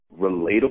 relatable